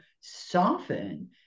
soften